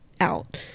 out